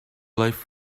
life